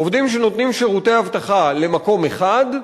עובדים שנותנים שירותי אבטחה למקום אחד,